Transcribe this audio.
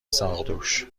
ساقدوش